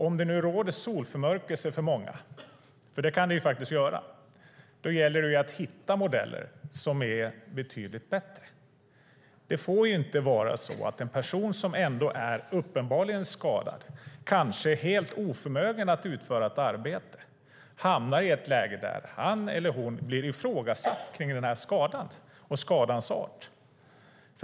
Om det nu råder solförmörkelse för många, för det kan det faktiskt göra, gäller det att hitta modeller som är betydligt bättre. Det får inte vara så att en person som uppenbarligen är skadad, kanske helt oförmögen att utföra ett arbete, hamnar i ett läge där han eller hon blir ifrågasatt när det gäller den här skadan och skadans art.